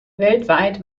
weltweit